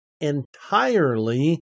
entirely